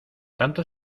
tanto